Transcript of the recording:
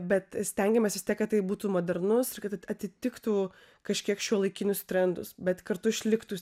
bet stengiamasi kad tai būtų modernus ir kad atitiktų kažkiek šiuolaikinius trendus bet kartu išliktų